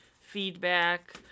feedback